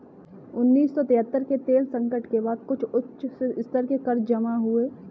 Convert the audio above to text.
उन्नीस सौ तिहत्तर के तेल संकट के बाद कुछ उच्च स्तर के कर्ज जमा हुए